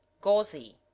gauzy